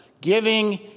giving